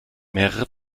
mehrere